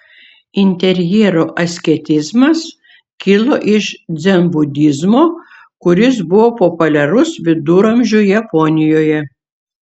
interjero asketizmas kilo iš dzenbudizmo kuris buvo populiarus viduramžių japonijoje